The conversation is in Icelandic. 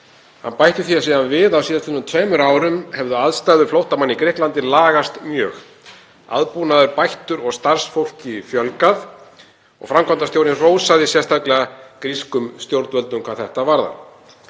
Hann bætti því síðan við að á síðastliðnum tveimur árum hefðu aðstæður flóttamanna í Grikklandi lagast mjög; aðbúnaður bættur og starfsfólki fjölgað, og hrósaði framkvæmdastjórinn sérstaklega grískum stjórnvöldum hvað þetta varðar.